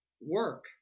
work